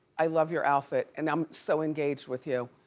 i love your outfit and i'm so engaged with you.